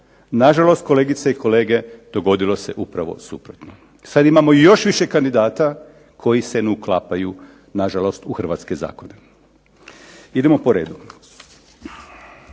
Na žalost kolegice i kolege dogodilo se upravo suprotno. I sad imamo još više kandidata koji se ne uklapaju na žalost u hrvatske zakone. Idemo po redu.